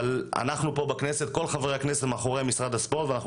כל חברי הכנסת מאחורי משרד הספורט ואנחנו